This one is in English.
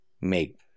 make